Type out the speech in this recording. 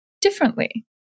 differently